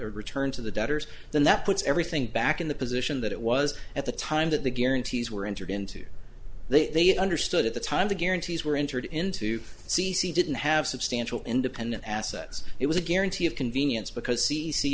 returned to the debtors than that puts everything back in the position that it was at the time that the guarantees were entered into that they understood at the time the guarantees were entered into c c didn't have substantial independent assets it was a guarantee of convenience because